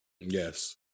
Yes